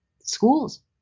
schools